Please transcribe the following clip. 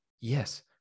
Yes